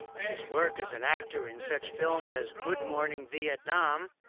his work as an actor in such films as good morning vietnam,